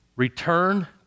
return